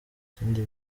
ikindi